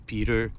Peter